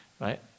right